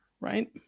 right